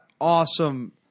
awesome